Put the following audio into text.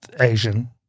Asian